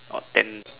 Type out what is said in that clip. or ten